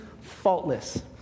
faultless